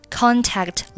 contact